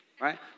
Right